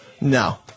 No